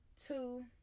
Two